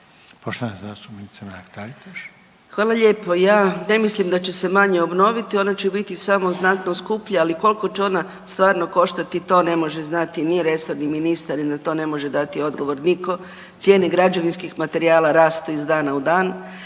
**Mrak-Taritaš, Anka (GLAS)** Hvala lijepo. Ja ne mislim da će se manje obnoviti, ona će biti samo znatno skuplja, ali koliko će ona stvarno koštati, to ne može znati ni resorni ministar i na to ne može da odgovor nitko. Cijene građevinskih materijala rastu iz dana u dan,